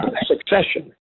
succession